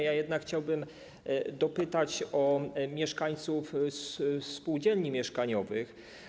Ja jednak chciałbym dopytać o mieszkańców spółdzielni mieszkaniowych.